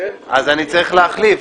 אז אני צריך להחליף.